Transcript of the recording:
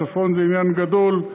הצפון זה עניין גדול,